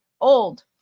old